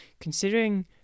Considering